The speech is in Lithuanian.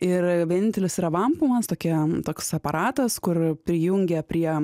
ir vienintelis yra vampumas tokie toks aparatas kur prijungia prie